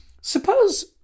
Suppose